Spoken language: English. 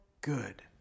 good